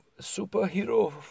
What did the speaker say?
superhero